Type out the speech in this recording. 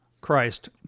Christ